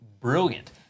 brilliant